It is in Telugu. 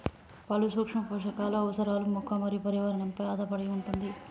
పలు సూక్ష్మ పోషకాలు అవసరాలు మొక్క మరియు పర్యావరణ పై ఆధారపడి వుంటది